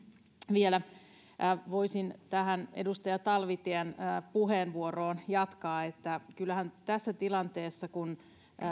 vielä voisin tähän edustaja talvitien puheenvuoroon jatkaa että kyllähän tässä tilanteessa kun